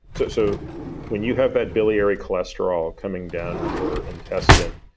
so so when you have that biliary cholesterol coming down your intestine,